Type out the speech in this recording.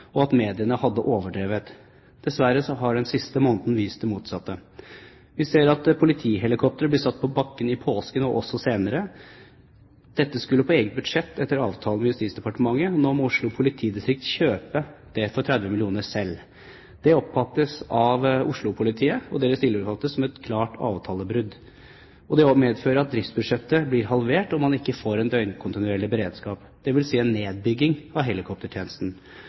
og at mediene hadde overdrevet. Dessverre har den siste måneden vist det motsatte. Vi ser at politihelikopteret blir satt på bakken i påsken og også senere. Dette skulle gå på eget budsjett etter avtale med Justisdepartementet. Nå må Oslo politidistrikt kjøpe det for 30 mill. kr selv. Det oppfattes av Oslo-politiet og deres tillitsvalgte som et klart avtalebrudd. Dette medfører også at driftsbudsjettet blir halvert, og at man ikke får døgnkontinuerlig beredskap, dvs. en nedbygging av helikoptertjenesten.